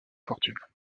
fortune